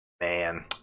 man